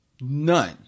none